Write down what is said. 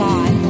God